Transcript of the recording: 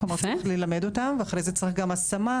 -- כלומר צריך ללמד אותן, ואחרי זה צריך גם השמה.